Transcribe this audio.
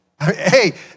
Hey